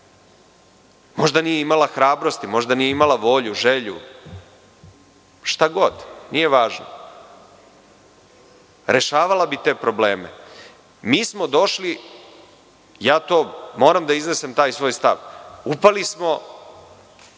možda nije imala hrabrosti, volju ili želju, šta god, nije važno, rešavala bi te probleme. Mi smo došli, moram da iznesem taj svoj stav, upali smo